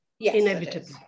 inevitably